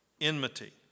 enmity